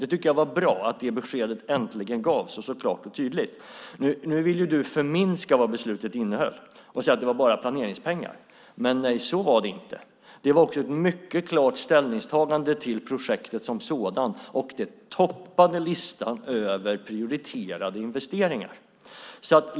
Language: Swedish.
Jag tycker att det var bra att det beskedet äntligen gavs och så klart och tydligt. Nu vill hon förminska vad beslutet innehöll och säger att det bara var planeringspengar. Men så var det inte. Det var också ett mycket klart ställningstagande för projektet som sådant, och det toppade listan över prioriterade investeringar.